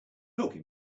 talking